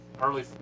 early